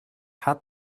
had